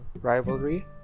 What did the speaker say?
rivalry